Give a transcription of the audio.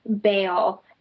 bail